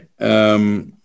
right